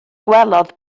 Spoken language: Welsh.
gwelodd